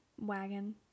wagon